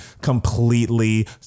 completely